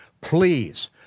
please